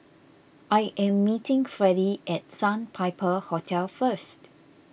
I am meeting Fredy at Sandpiper Hotel first